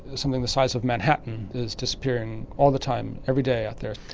something the size of manhattan is disappearing all the time, every day out there.